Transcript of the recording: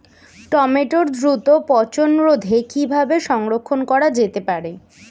টমেটোর দ্রুত পচনরোধে কিভাবে সংরক্ষণ করা যেতে পারে?